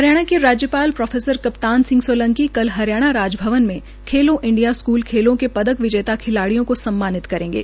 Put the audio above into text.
हरियाणा के राज्यपाल प्रोफेसर कप्तान सिंह सोलंकी कल हरियाणा राजभवन में खेलों इंडिया स्कूल खेलों के पदक विजेता खिलाडिय़ों को सम्मानित करेंगे